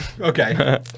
Okay